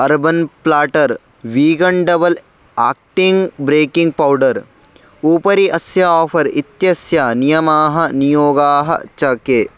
urban platter vegan double acting baking powder उपरि अस्य offer इत्यस्य नियमाः नियोगाः च के